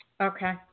Okay